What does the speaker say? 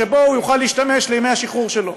שבו הוא יוכל להשתמש לימי השחרור שלו.